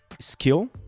skill